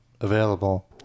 available